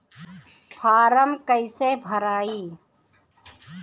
Form कईसे भराई?